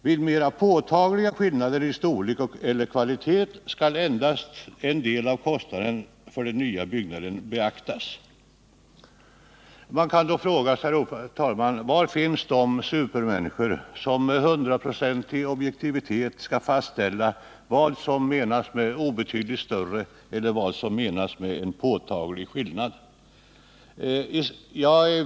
Vid mer påtagliga skillnader i storlek eller kvalitet skall endast en del av kostnaden för den nya byggnaden beaktas.” Man kan då, herr talman, fråga sig: Var finns de supermänniskor som med hundraprocentig objektivitet kan fastställa vad som menas med ”obetydligt större” och ”en påtaglig skillnad”?